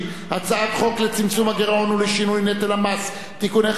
הצעת חוק לצמצום הגירעון ולשינוי נטל המס (תיקוני חקיקה),